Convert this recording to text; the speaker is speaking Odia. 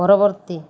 ପରବର୍ତ୍ତୀ